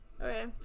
Okay